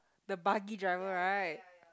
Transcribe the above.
the buggy driver right